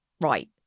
right